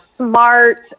smart